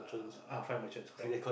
uh ah find merchants correct